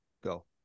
Go